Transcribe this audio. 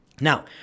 Now